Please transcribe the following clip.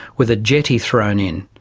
with a jetty thrown in.